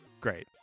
great